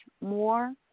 more